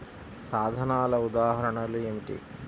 సాధనాల ఉదాహరణలు ఏమిటీ?